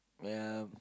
yeah